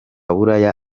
buraya